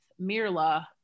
Mirla